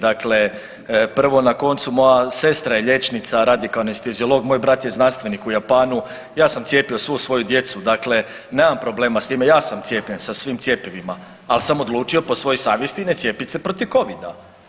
Dakle, prvo na koncu moja sestra je liječnica, radi kao anesteziolog, moj brat je znanstvenik u Japanu, ja sam cijepio svu svoju djecu, dakle nemam problema s time, ja sam cijepljen sa svim cjepivima, al sam odlučio po svojoj savjesti ne cijepit se protiv covida.